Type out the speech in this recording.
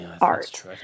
art